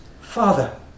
Father